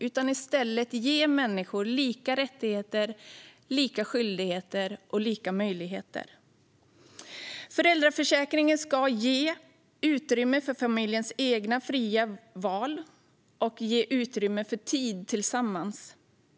Vi ska i stället ge människor lika rättigheter, lika skyldigheter och lika möjligheter. Föräldraförsäkringen ska ge utrymme för familjens egna fria val och för tid tillsammans.